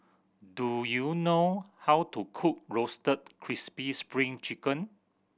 do you know how to cook Roasted Crispy Spring Chicken